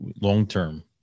long-term